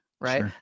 right